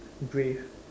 grave